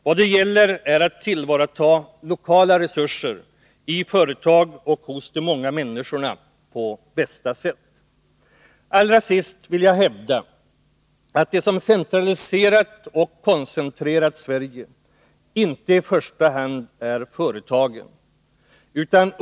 Vad det gäller är att tillvarata lokala resurser — i företag och hos många människor på bästa sätt. Allra sist vill jag hävda att det som centraliserat och koncentrerat Sverige inte i första hand är företagen.